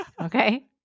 Okay